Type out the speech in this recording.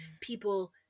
people